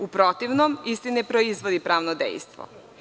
U protivnom, isti ne proizvodi pravno dejstvo.